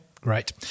great